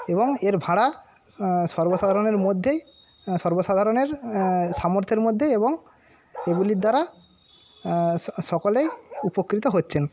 এবং এর ভাড়া সর্বসাধারণের মধ্যেই সর্বসাধারণের সামর্থ্যের মধ্যে এবং এগুলির দ্বারা স সকলেই উপকৃত হচ্ছেন